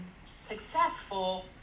successful